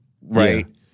right